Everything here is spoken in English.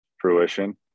fruition